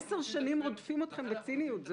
עשר שנים רודפים אתכם וציניות?